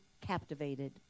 captivated